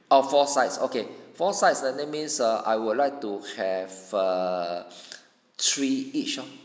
oh four sides okay four sides ah that means err I would like to have err three each oh